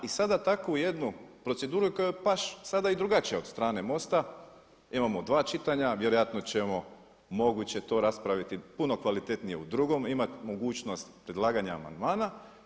I sada takvu jednu proceduru koja je baš sada i drugačija od strane MOST-a imamo dva čitanja, vjerojatno ćemo moguće to raspraviti puno kvalitetnije u drugom, ima mogućnost predlaganja amandmana.